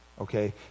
Okay